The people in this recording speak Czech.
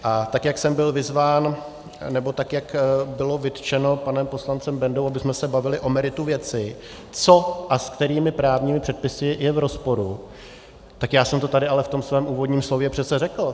A tak jak jsem byl vyzván, nebo tak jak bylo vytčeno panem poslancem Bendou, abychom se bavili o meritu věci, co a s jakými právními předpisy je v rozporu, tak já jsem to tady ale v tom svém úvodním slově přece řekl.